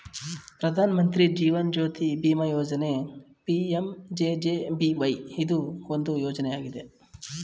ಪ್ರಧಾನ ಮಂತ್ರಿ ಜೀವನ್ ಜ್ಯೋತಿ ಬಿಮಾ ಯೋಜ್ನ ಪಿ.ಎಂ.ಜೆ.ಜೆ.ಬಿ.ವೈ ಇದು ಒಂದು ಯೋಜ್ನಯಾಗಿದೆ